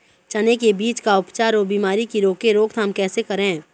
चने की बीज का उपचार अउ बीमारी की रोके रोकथाम कैसे करें?